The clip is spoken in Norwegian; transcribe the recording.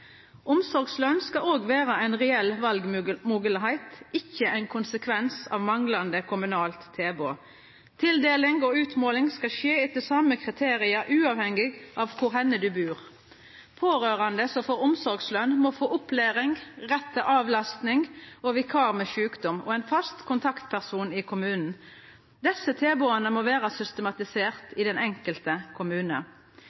Omsorgsløn skal òg vera ei reell valmoglegheit, ikkje ein konsekvens av manglande kommunalt tilbod. Tildeling og utmåling skal skje etter same kriterium, uavhengig av kvar du bur. Pårørande som får omsorgsløn, må få opplæring, rett til avlastning og vikar ved sjukdom og ein fast kontaktperson i kommunen. Desse tilboda må vera